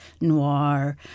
noir